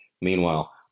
Meanwhile